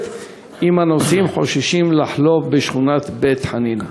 אם הנוסעים חוששים לחלוף בשכונת בית-חנינא?